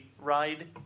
ride